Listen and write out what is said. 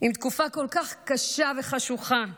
עם תקופה כל כך קשה וחשוכה,